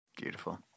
Beautiful